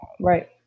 right